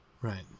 Right